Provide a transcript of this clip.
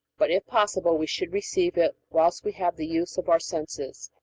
but if possible we should receive it whilst we have the use of our senses.